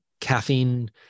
Caffeine